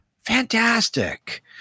Fantastic